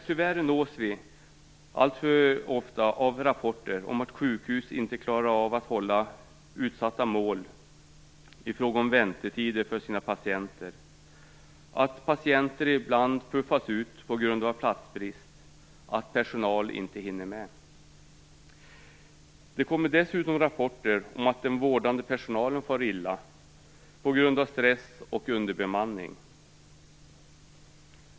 Tyvärr nås vi alltför ofta av rapporter om att sjukhus inte klarar av utsatta mål i fråga om väntetider för sina patienter, om att patienter ibland puffas ut på grund av platsbrist och om att personalen inte hinner med. Dessutom kommer det rapporter om att den vårdande personalen far illa på grund av stress och underbemanning.